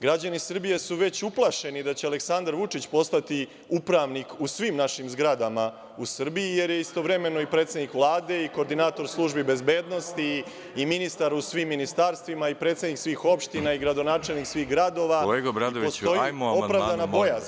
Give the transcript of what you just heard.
Građani Srbije su već uplašeni da će Aleksandar Vučić postati upravnik u svim našim zgradama u Srbiji, jer je istovremeno i predsednik Vlade i koordinator službi bezbednosti i ministar u svim ministarstvima i predsednik svih opština i gradonačelnik svih gradova i postoji opravdana bojazan